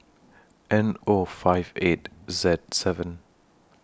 N O five eight Z seven